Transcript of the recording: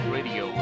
Radio